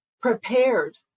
prepared